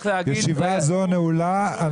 הישיבה הזאת נעולה.